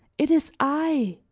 it is i!